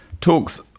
talks